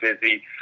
busy